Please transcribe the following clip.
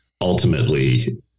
ultimately